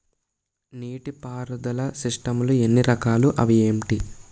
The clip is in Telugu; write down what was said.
నీటిపారుదల సిస్టమ్ లు ఎన్ని రకాలు? అవి ఏంటి?